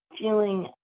feeling